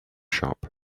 shop